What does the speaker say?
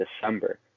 December